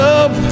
up